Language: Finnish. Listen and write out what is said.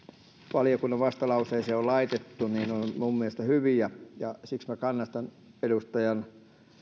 valiokunnan vastalauseeseen on laitettu ovat minun mielestäni hyviä siksi minä kannatan edustajan